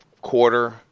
quarter